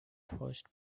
first